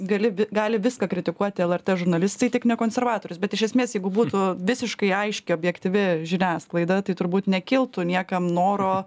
gali vi gali viską kritikuoti lrt žurnalistai tik ne konservatorius bet iš esmės jeigu būtų visiškai aiški objektyvi žiniasklaida tai turbūt nekiltų niekam noro